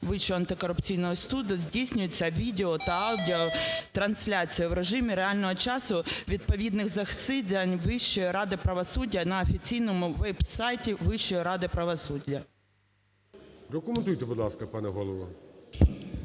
Вищого антикорупційного суду здійснюється відео- та аудіотрансляція у режимі реального часу відповідних засідань Вищої ради правосуддя на офіційному веб-сайті Вищої ради правосуддя". ГОЛОВУЮЧИЙ. Прокоментуйте, будь ласка, пане голово.